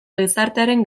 gizartearen